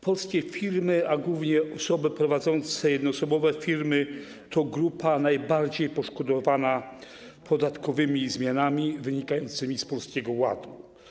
Polskie firmy, a głównie osoby prowadzące jednoosobowe firmy to grupa najbardziej poszkodowana podatkowymi zmianami wynikającymi z Polskiego Ładu.